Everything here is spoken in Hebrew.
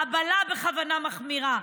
חבלה בכוונה מחמירה,